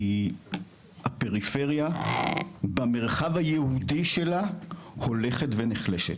כי הפריפריה במרחב היהודי שלה הולכת ונחלשת.